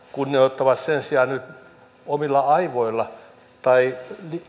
kunnioittavat sen sijaan nyt omilla aivoilla tai